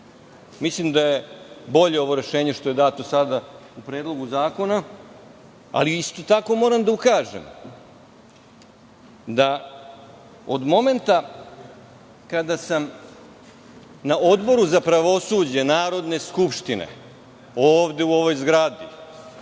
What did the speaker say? da je bolje ovo rešenje što je dato sada u predlogu zakona, ali isto tako moram da ukažem da od momenta kada sam na Odboru za pravosuđe Narodne skupštine, ovde u ovoj zgradi,